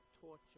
torture